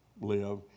live